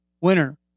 Winner